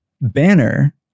banner